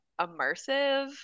immersive